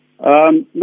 No